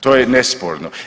To je nesporno.